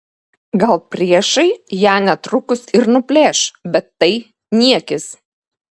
gal priešai ją netrukus ir nuplėš bet tai niekis